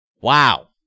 Wow